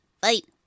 fight